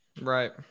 Right